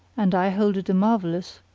and i hold it a marvellous,